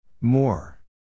More